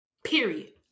Period